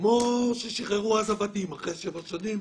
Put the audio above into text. כמו ששחררו עבדים אחרי שבע שנים.